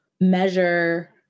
measure